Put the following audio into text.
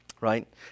Right